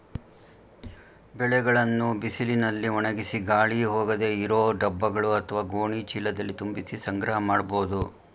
ಬೆಳೆಗಳನ್ನು ಬಿಸಿಲಿನಲ್ಲಿ ಒಣಗಿಸಿ ಗಾಳಿ ಹೋಗದೇ ಇರೋ ಡಬ್ಬಗಳು ಅತ್ವ ಗೋಣಿ ಚೀಲದಲ್ಲಿ ತುಂಬಿಸಿ ಸಂಗ್ರಹ ಮಾಡ್ಬೋದು